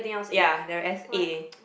ya they are S_A